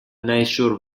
nature